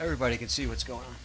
everybody can see what's going o